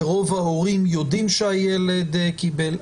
ורוב ההורים יודעים שהילד קיבל,